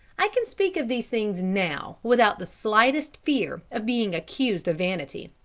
i can speak of these things now without the slightest fear of being accused of vanity.